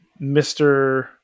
Mr